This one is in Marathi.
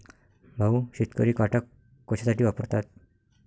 भाऊ, शेतकरी काटा कशासाठी वापरतात?